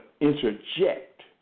interject